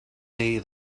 day